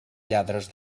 lladres